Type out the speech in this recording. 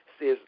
says